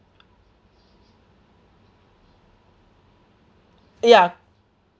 ya